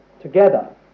together